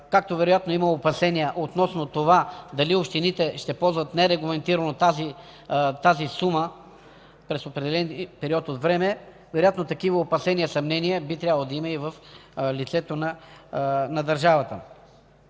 както вероятно има опасения относно това дали общините ще ползват нерегламентирано тази сума през определен период от време, вероятно такива опасения и съмнения би трябвало да има и в лицето на държавата.